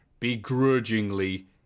begrudgingly